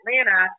atlanta